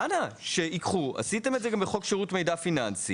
אנא, ועשיתם את זה גם בחוק שירות מידע פיננסי: